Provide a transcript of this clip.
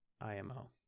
imo